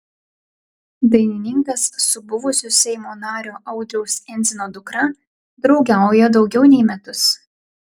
dainininkas su buvusio seimo nario audriaus endzino dukra draugauja daugiau nei metus